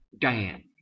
Diane